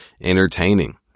entertaining